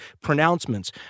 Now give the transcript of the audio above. pronouncements